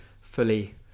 fully